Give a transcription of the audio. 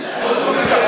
חוץ וביטחון.